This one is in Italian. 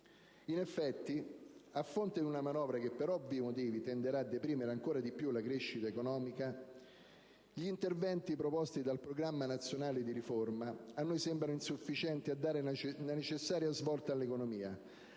In effetti, a fronte di una manovra che per ovvi motivi tenderà a deprimere ancora di più la crescita economica, gli interventi proposti dal Programma nazionale di riforma a noi sembrano insufficienti a dare la necessaria svolta all'economia,